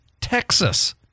Texas